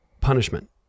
punishment